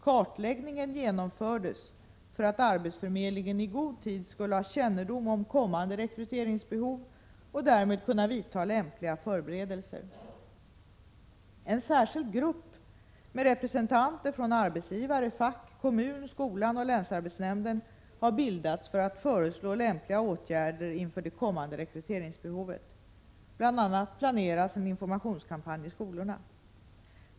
Kartläggningen genomfördes för att arbetsförmedlingen i god tid skulle ha kännedom om kommande rekryteringsbehov och därmed kunna vidta lämpliga förberedelser. En särskild grupp med representanter från arbetsgivare, fack, kommunen, skolan och länsarbetsnämnden har bildats för att föreslå lämpliga åtgärder inför det kommande rekryteringsbehovet. Bl. a. planeras en informationskampanj i skolorna.